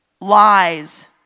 Lies